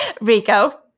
rico